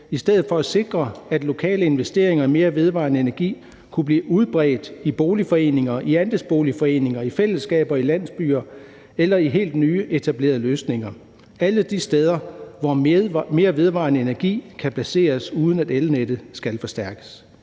i stedet for at sikre, at lokale investeringer i mere vedvarende energi kunne blive udbredt i boligforeninger og andelsboligforeninger, i fællesskaber og i landsbyer eller i forbindelse med helt nyetablerede løsninger – alle de steder, hvor mere vedvarende energi kan placeres, uden at elnettet skal forstærkes.